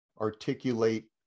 articulate